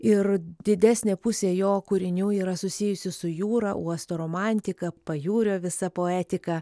ir didesnė pusė jo kūrinių yra susijusi su jūra uosto romantika pajūrio visa poetika